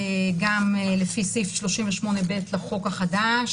גם לפי סעיף 38(ב) לחוק החדש,